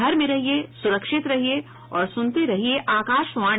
घर में रहिये सुरक्षित रहिये और सुनते रहिये आकाशवाणी